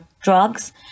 drugs